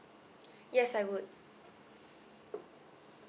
yes I would